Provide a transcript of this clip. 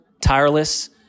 tireless